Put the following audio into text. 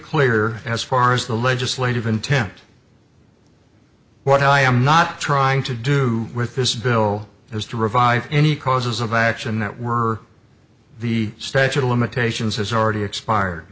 clear as far as the legislative intent what i am not trying to do with this bill is to revive any causes of action that were the statute of limitations has already expired